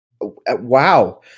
wow